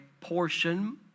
portion